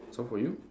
so for you